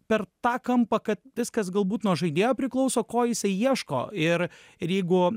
per tą kampą kad viskas galbūt nuo žaidėjo priklauso ko jisai ieško ir ir jeigu